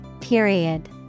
Period